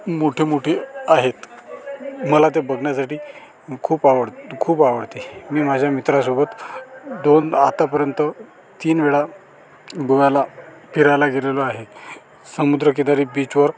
मोठे मोठे आहेत मला ते बघण्यासाठी खूप आवड खूप आवडते मी माझ्या मित्रासोबत दोन आतापर्यंत तीन वेळा गोव्याला फिरायला गेलेलो आहे समुद्रकिनारी बीचवर